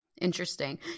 Interesting